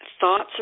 thoughts